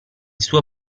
suo